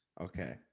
Okay